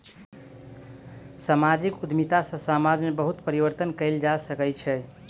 सामाजिक उद्यमिता सॅ समाज में बहुत परिवर्तन कयल जा सकै छै